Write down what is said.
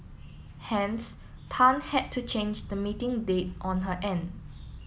hence Tan had to change the meeting date on her end